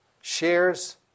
shares